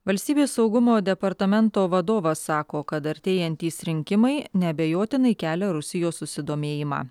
valstybės saugumo departamento vadovas sako kad artėjantys rinkimai neabejotinai kelia rusijos susidomėjimą